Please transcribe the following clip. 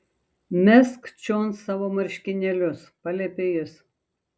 mesk čion savo marškinėlius paliepė jis